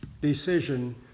decision